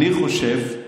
אני חושב --- לא,